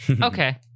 Okay